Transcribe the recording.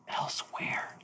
Elsewhere